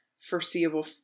foreseeable